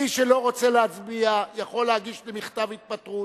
מי שלא רוצה להצביע, יכול להגיש לי מכתב התפטרות.